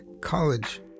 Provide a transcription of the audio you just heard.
college